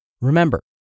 Remember